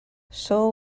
saul